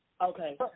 Okay